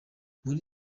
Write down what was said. muri